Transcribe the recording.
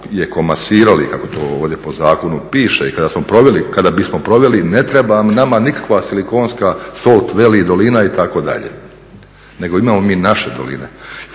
je komasirali kako to ovdje po zakonu piše i kada bismo proveli ne treba nama nikakva silikonska south valley dolina itd. nego imamo mi naše doline.